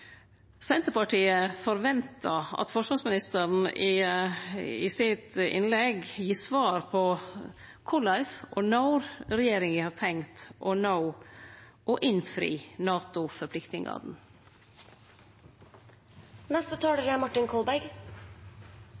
Senterpartiet forventar at forsvarsministeren i sitt innlegg gir svar på korleis og når regjeringa har tenkt å nå og innfri